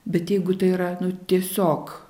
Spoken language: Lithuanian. bet jeigu tai yra nu tiesiog